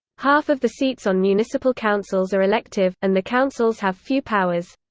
half of the seats on municipal councils are elective, and the councils have few powers.